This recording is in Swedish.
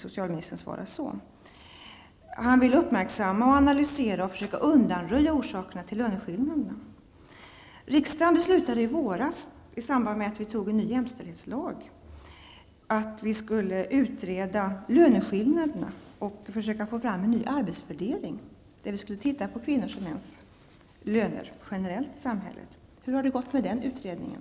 Socialministern vill uppmärksamma, analysera och försöka undanröja orsakerna till löneskillnaderna. Riksdagen beslutade i våras, i samband med att vi antog en ny jämställdhetslag, att vi skulle utreda löneskillnaderna och försöka få fram en ny arbetsfördelning. Vi skulle titta på kvinnors och mäns löner generellt i samhället. Hur har det gått med den utredningen?